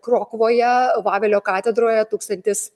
krokuvoje vavelio katedroje tūkstantis